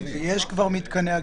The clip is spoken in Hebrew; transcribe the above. יש כבר מתקני אגירה.